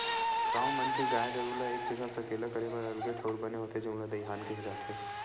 गाँव मन के गाय गरू ल एक जघा सकेला करे बर अलगे ठउर बने होथे जउन ल दईहान केहे जाथे